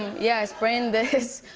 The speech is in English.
yeah, i sprained this.